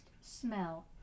smell